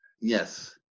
yes